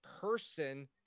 person